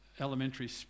elementary